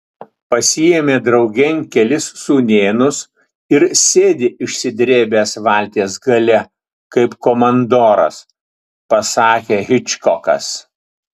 pasiėmė draugėn kelis sūnėnus ir sėdi išsidrėbęs valties gale kaip komandoras pasakė hičkokas